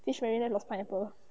fish marinate plus pineapple